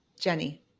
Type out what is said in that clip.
Jenny